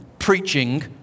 preaching